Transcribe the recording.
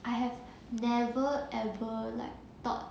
I have never ever like thought